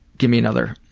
give me another